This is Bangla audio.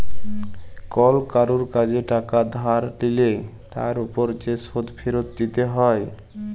কল কারুর কাজে টাকা ধার লিলে তার উপর যে শোধ ফিরত দিতে হ্যয়